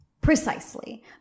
Precisely